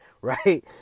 Right